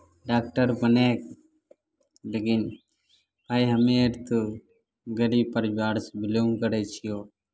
doctor बनयके लेकिन आइ हमे अर तऽ गरीब परिवारसँ बिलोंग करै छियह